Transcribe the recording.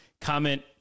comment